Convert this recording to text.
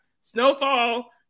Snowfall